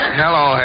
hello